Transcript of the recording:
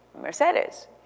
Mercedes